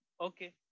okay